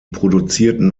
produzierten